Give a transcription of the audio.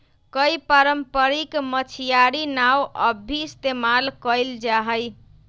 कई पारम्परिक मछियारी नाव अब भी इस्तेमाल कइल जाहई